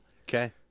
Okay